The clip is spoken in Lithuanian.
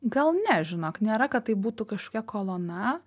gal ne žinok nėra kad tai būtų kažkokia kolona